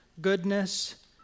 goodness